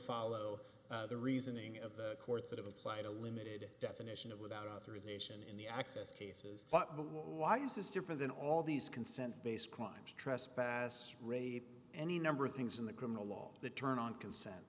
follow the reasoning of the court that applied a limited definition of without authorisation in the access cases why is this different than all these consent based crimes trespass rape any number of things in the criminal law that turn on consent